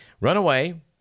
runaway